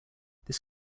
this